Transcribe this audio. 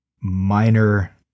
minor